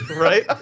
right